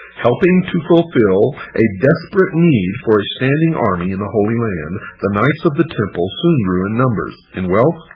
helping to fulfill a desperate need for a standing army in the holy land, the knights of the temple soon grew in numbers, in wealth,